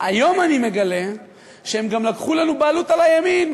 היום אני מגלה שהם גם לקחו לנו בעלות על הימין.